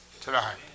tonight